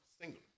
single